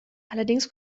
allerdings